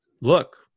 look